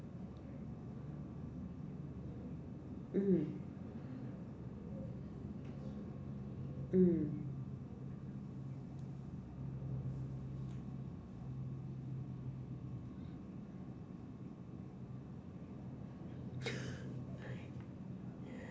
mm mm